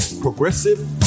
progressive